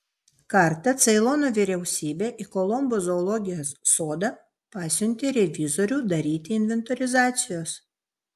kartą ceilono vyriausybė į kolombo zoologijos sodą pasiuntė revizorių daryti inventorizacijos